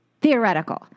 theoretical